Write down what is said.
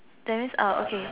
that means uh okay